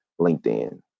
LinkedIn